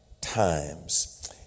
times